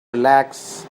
relax